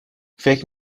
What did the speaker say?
فکر